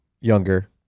younger